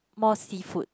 more seafood